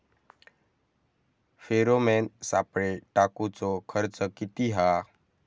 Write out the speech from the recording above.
Pheromone सापळे टाकूचो खर्च किती हा?